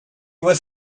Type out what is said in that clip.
was